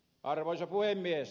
arvoisa puhemies